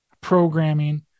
programming